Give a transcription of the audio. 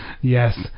yes